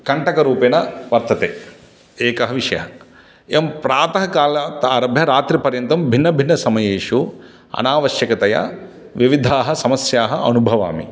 कण्टकरूपेण वर्तते एकः विषयः एवं प्रातःकालतः आरभ्य रात्रिपर्यन्तं भिन्नभिन्नसमयेषु अनावश्यकतया विविधाः समस्याः अनुभवामि